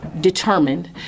Determined